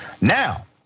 Now